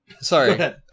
Sorry